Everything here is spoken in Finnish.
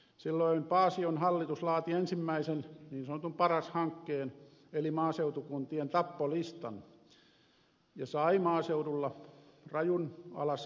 silloin paasion hallitus laati ensimmäisen niin sanotun paras hankkeen eli maaseutukuntien tappolistan ja sai maaseudulla rajun alasajon